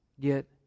Get